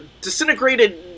disintegrated